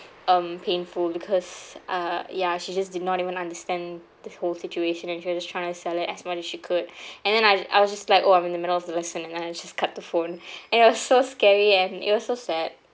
um painful because uh ya she just did not even understand the whole situation and she was just trying to sell it as much as she could and then I I was just like oh I'm in the middle of the lesson and I just cut the phone it was so scary and it was so sad